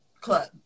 Club